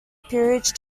peerage